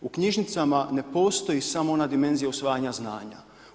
U knjižnicama ne postoji samo ona dimenzija usvajanja zvanja.